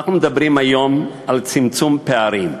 אנחנו מדברים היום על צמצום פערים,